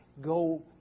go